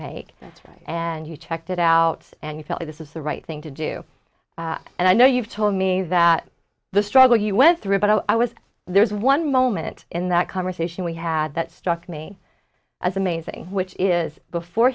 make and you checked it out and you felt this is the right thing to do and i know you've told me that the struggle you went through but i was there's one moment in that conversation we had that struck me as the main thing which is before